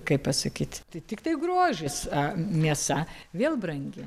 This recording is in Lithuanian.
kaip pasakyt tai tiktai grožis mėsa vėl brangi